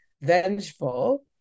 vengeful